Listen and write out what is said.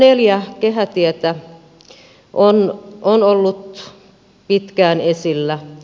kehä iv kehätie on ollut pitkään esillä